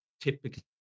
typically